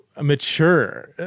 Mature